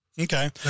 Okay